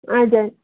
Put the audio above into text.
हजुर